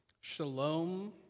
shalom